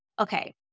Okay